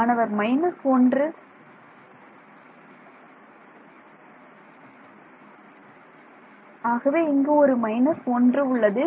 மாணவர் 1 ஆகவே இங்கு ஒரு 1 உள்ளது